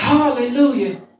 Hallelujah